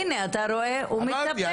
הנה אתה רואה, הוא מטפל.